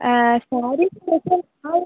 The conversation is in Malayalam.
സാരി മൊത്തം